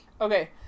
Okay